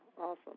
awesome